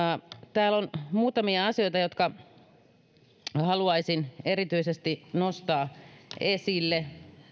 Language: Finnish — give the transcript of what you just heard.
täällä on muutamia asioita jotka haluaisin erityisesti nostaa esille